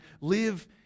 live